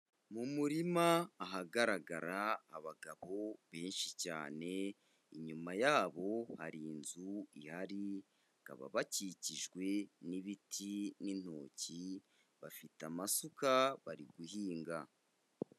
Mu murima ahagaragara abagabo benshi cyane, inyuma yabo hari inzu ihari, bakaba bakikijwe n'ibiti n'intoki, bafite amasuka bari guhinga.